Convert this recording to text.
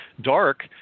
dark